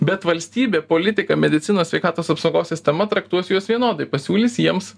bet valstybė politika medicinos sveikatos apsaugos sistema traktuos juos vienodai pasiūlys jiems